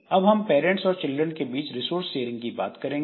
अब हम पेरेंट्स और चिल्ड्रन के बीच रिसोर्स शेयरिंग की बात करेंगे